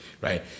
right